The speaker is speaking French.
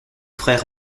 frère